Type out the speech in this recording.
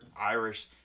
Irish